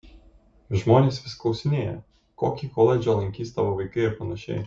žmonės vis klausinėja kokį koledžą lankys tavo vaikai ir panašiai